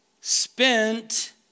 spent